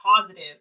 positive